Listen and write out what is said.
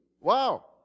Wow